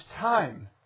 time